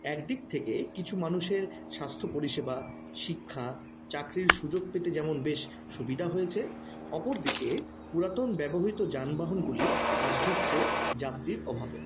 একদিক থেকে কিছু মানুষের স্বাস্থ্য পরিষেবা শিক্ষা চাকরির সুযোগ পেতে যেমন বেশ সুবিধা হয়েছে অপরদিকে পুরাতন ব্যবহৃত যানবাহনগুলি আজ ধুঁকছে যাত্রীর অভাবে